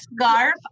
scarf